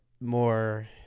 more